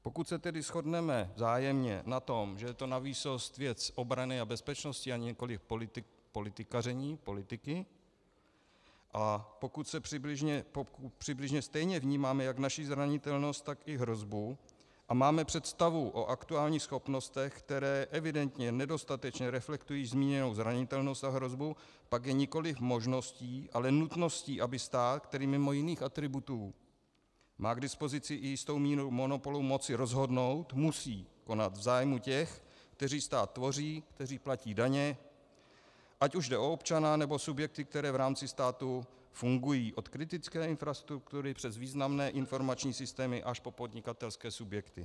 Pokud se tedy shodneme vzájemně na tom, že je to navýsost věc obrany a bezpečnosti a nikoli politikaření, politiky, a pokud přibližně stejně vnímáme jak naši zranitelnost, tak i hrozbu a máme představu o aktuálních schopnostech, které evidentně nedostatečně reflektují již zmíněnou zranitelnost a hrozbu, pak je nikoli možností, ale nutností, aby stát, který mimo jiných atributů má k dispozici i jistou míru monopolu moci rozhodnout, musí konat v zájmu těch, kteří stát tvoří, kteří platí daně, ať už jde o občana, nebo subjekty, které v rámci státu fungují od kritické infrastruktury přes významné informační systémy až po podnikatelské subjekty.